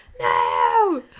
no